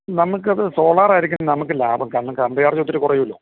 നമുക്ക് അത് സോളാറായിരിക്കും നമുക്ക് ലാഭം കാരണം കറൻറ്റ് ചാർജ് ഒത്തിരി കുറയുമല്ലൊ